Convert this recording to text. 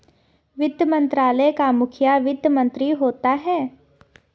वित्त मंत्रालय का मुखिया वित्त मंत्री होता है